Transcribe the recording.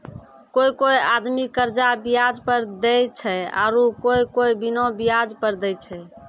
कोय कोय आदमी कर्जा बियाज पर देय छै आरू कोय कोय बिना बियाज पर देय छै